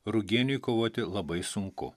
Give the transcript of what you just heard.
rugieniui kovoti labai sunku